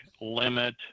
limit